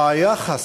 היחס,